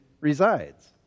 resides